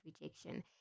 rejection